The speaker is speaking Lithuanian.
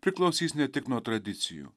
priklausys ne tik nuo tradicijų